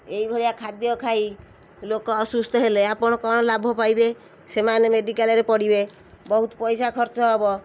ଏଇଭଳିଆ ଖାଦ୍ୟ ଖାଇ ଲୋକ ଅସୁସ୍ଥ ହେଲେ ଆପଣ କ'ଣ ଲାଭ ପାଇବେ ସେମାନେ ମେଡ଼ିକାଲ୍ରେ ପଡ଼ିବେ ବହୁତ ପଇସା ଖର୍ଚ୍ଚ ହବ